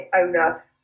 owner